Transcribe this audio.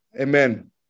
amen